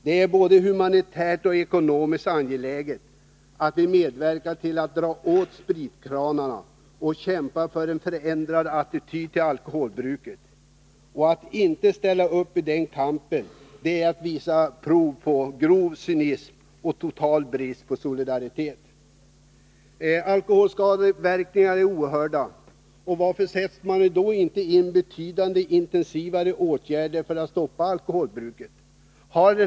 Det är både humanitärt och ekonomiskt angeläget att medverka till att dra åt spritkranarna och kämpa för en förändrad attityd till alkoholbruket. Att inte ställa upp i den kampen, det är att visa prov på grov cynism och total brist på solidaritet. Alkoholens skadeverkningar är oerhörda. Varför sätts det inte in betydligt intensivare åtgärder för att stoppa alkoholbruket?